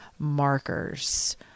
Markers